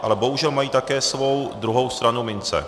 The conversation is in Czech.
Ale bohužel mají také svou druhou stranu mince.